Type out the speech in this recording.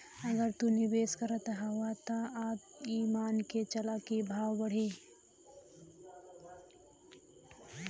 अगर तू निवेस करत हउआ त ई मान के चला की भाव बढ़ी